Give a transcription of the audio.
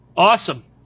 Awesome